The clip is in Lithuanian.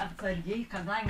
atsargiai kadan